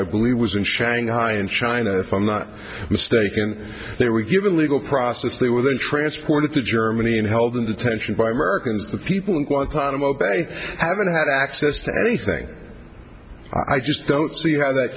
i believe was in shanghai and china if i'm not mistaken they were given legal process they were then transported to germany and held in detention by americans the people in guantanamo bay haven't had access to anything i just don't see how that